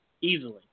Easily